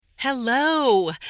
Hello